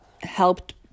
helped